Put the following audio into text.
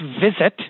visit